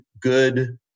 good